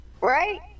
right